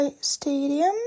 stadium